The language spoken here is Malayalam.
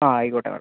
ആ ആയിക്കോട്ടെ മാഡം